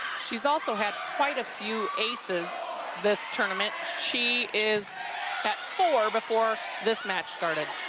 she's also had quite a few aces this tournament. she is at four before this match started.